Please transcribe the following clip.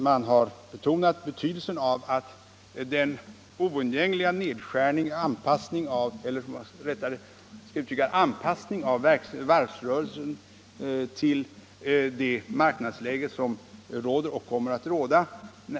Utskottet betonar betydelsen av att man så effektivt som möjligt anpassar varvsrörelsen till det marknadsläge som råder och kommer att råda.